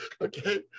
Okay